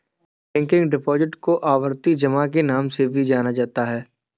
recurring deposit को आवर्ती जमा के नाम से भी जाना जाता है